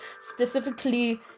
specifically